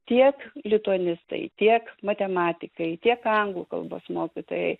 tiek lituanistai tiek matematikai tiek anglų kalbos mokytojai